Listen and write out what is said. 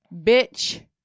bitch